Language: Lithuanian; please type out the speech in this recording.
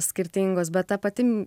skirtingos bet ta pati